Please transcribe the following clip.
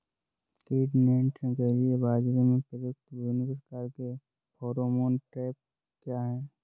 कीट नियंत्रण के लिए बाजरा में प्रयुक्त विभिन्न प्रकार के फेरोमोन ट्रैप क्या है?